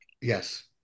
Yes